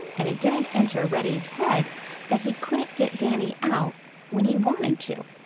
and it didn't enter reddy's head that he couldn't get danny out when he wanted to.